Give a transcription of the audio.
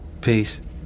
peace